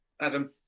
Adam